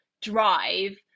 drive